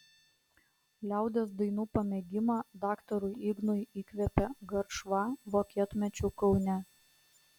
liaudies dainų pamėgimą daktarui ignui įkvėpė garšva vokietmečiu kaune